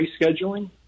rescheduling